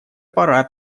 пора